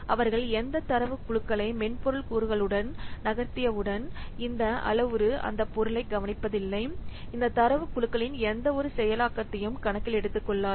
அவர்கள் எந்த தரவு குழுக்களை மென்பொருள் கூறுகளுக்கு நகர்த்தியவுடன் இந்த அளவுரு இந்த பொருளை கவனிப்பதில்லை இந்த தரவுக் குழுக்களின் எந்தவொரு செயலாக்கத்தையும் கணக்கில் எடுத்துக்கொள்ளாது